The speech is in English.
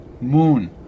Moon